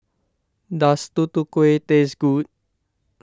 does Tutu Kueh taste good